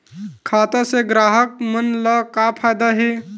खाता से ग्राहक मन ला का फ़ायदा हे?